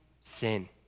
sin